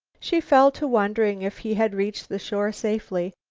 she fell to wondering if he had reached the shore safely.